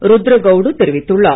ருத்ரகவுடுதெரிவித்துள்ளார்